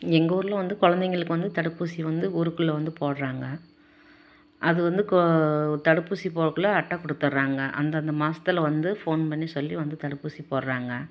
எங்கள் ஊரில் வந்து கொழந்தைங்களுக்கு வந்து தடுப்பூசி வந்து ஊருக்குள்ளே வந்து போடுறாங்க அது வந்து கொ தடுப்பூசி போடக்குள்ளே அட்டை கொடுத்துட்றாங்க அந்தந்த மாதத்துல வந்து ஃபோன் பண்ணி சொல்லி வந்து தடுப்பூசி போடுறாங்க